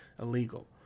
illegal